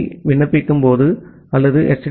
B விண்ணப்பிக்கும்போதோ அல்லது H